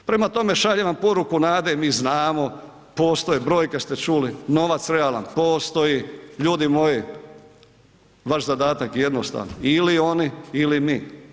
Prema tome, šaljem vam poruku nade, mi znamo, postoje, brojke ste čuli, novac realan postoji, ljudi moji, vaš zadatak je jednostavan, ili oni ili mi.